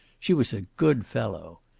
she was a good fellow.